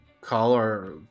color